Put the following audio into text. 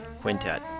Quintet